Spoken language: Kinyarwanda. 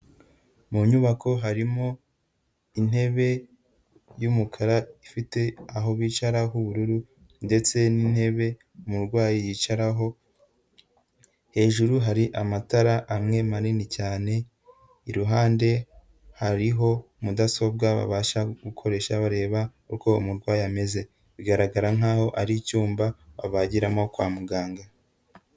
Mu nyubako harimo intebe y'umukara, ifite aho bicara h'ubururu ndetse n'intebe umurwayi yicaraho, hejuru hari amatara amwe manini cyane, iruhande hariho mudasobwa babasha gukoresha bareba uko umurwayi ameze, bigaragara nk'aho ari icyumba babagiramo kwa muganga.